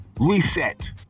reset